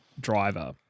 driver